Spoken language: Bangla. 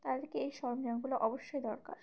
তাদেরকে এই সরঞ্জামগুলো অবশ্যই দরকার